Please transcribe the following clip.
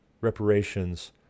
reparations